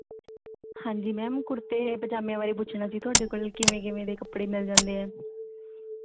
ਹਾਂਜੀ ਮੈਮ ਕੁੜਤੇ ਪਜਾਮਿਆਂ ਬਾਰੇ ਪੁੱਛਣਾ ਸੀ ਤੁਹਾਡੇ ਕੋਲੋਂ ਕਿਵੇਂ ਕਿਵੇਂ ਦੇ ਕੱਪੜੇ ਮਿਲ ਜਾਂਦੇ ਹੈ